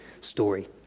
story